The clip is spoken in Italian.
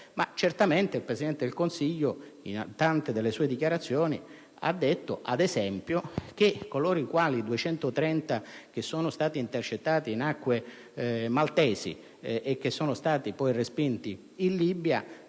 anche se il Presidente del Consiglio in tante sue dichiarazioni ha affermato, ad esempio, che coloro i quali sono stati intercettati in acque maltesi (230) e che sono stati poi respinti in Libia